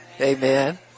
Amen